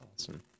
Awesome